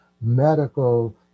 medical